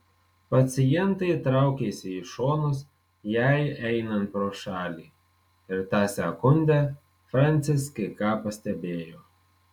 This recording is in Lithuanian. pacientai traukėsi į šonus jai einant pro šalį ir tą sekundę francis kai ką pastebėjo